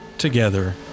together